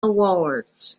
awards